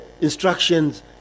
instructions